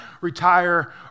retire